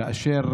כאשר